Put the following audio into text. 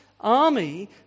army